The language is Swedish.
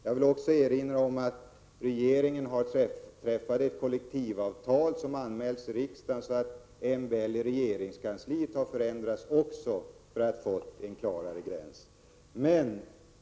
Jag vill erinra om att regeringen har träffat ett kollektivavtal, som har anmälts i riksdagen och som innebär att MBL i regeringskansliet har ändrats för att gränsen skall bli klarare.